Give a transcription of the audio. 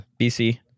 BC